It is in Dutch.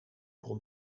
kon